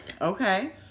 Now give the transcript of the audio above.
Okay